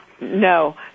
No